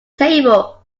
table